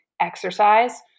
exercise